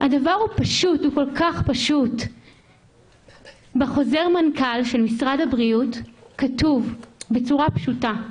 הדבר הוא פשוט כל כך: בחוזר המנכ"ל של משרד הבריאות כתוב בצורה פשוטה: